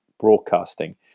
broadcasting